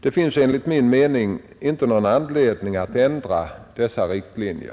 Det finns enligt min mening inte någon anledning att ändra dessa riktlinjer.